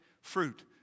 fruit